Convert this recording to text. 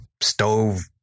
stove